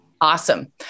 Awesome